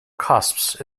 cusps